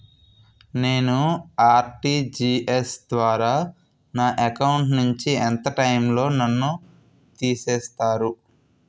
నేను ఆ.ర్టి.జి.ఎస్ ద్వారా నా అకౌంట్ నుంచి ఎంత టైం లో నన్ను తిసేస్తారు?